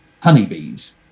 honeybees